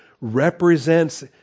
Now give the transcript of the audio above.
represents